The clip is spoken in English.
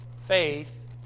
faith